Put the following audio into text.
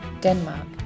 Denmark